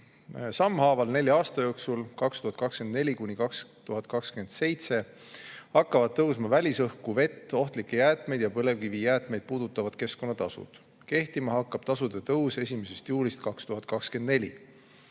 hakkavad nelja aasta jooksul, 2024–2027, tõusma välisõhku, vett, ohtlikke jäätmeid ja põlevkivijäätmeid puudutavad keskkonnatasud. Kehtima hakkab tasude tõus 1. juulist 2024.